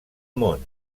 món